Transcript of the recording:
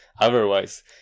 otherwise